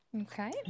okay